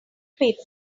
paper